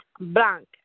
blank